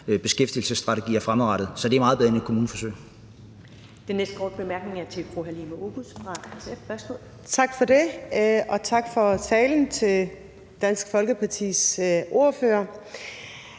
beskæftigelsestrategier fremadrettet. Så det er meget bedre end et kommuneforsøg.